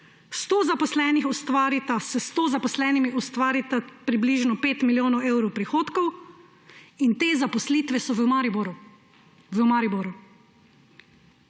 S sto zaposlenimi ustvarita približno 5 milijonov evrov prihodkov, in te zaposlitve so v Mariboru.